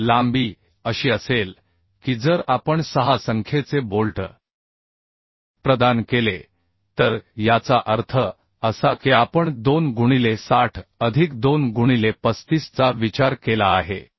तर लांबी अशी असेल की जर आपण 6 संख्येचे बोल्टप्रदान केले तर याचा अर्थ असा की आपण 2 गुणिले 60 अधिक 2 गुणिले 35 चा विचार केला आहे